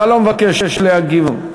אתה לא מבקש להגיב.